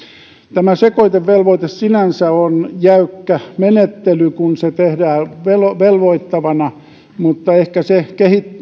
tämä sekoitevelvoite sinänsä on jäykkä menettely kun se tehdään velvoittavana mutta ehkä se